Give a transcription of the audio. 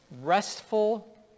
restful